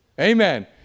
Amen